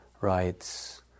writes